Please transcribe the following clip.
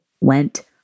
went